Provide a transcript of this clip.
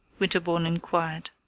winterbourne inquired.